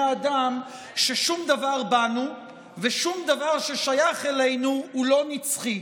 האדם ששום דבר בנו ושום דבר ששייך אלינו הוא לא נצחי,